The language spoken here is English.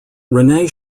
rene